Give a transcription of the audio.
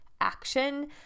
action